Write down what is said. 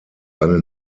eine